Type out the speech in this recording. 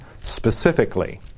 specifically